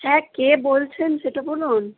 হ্যাঁ কে বলছেন সেটা বলুন